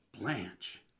Blanche